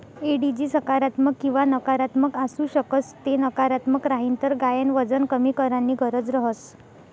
एडिजी सकारात्मक किंवा नकारात्मक आसू शकस ते नकारात्मक राहीन तर गायन वजन कमी कराणी गरज रहस